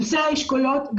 נושא האשכולות,